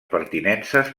pertinences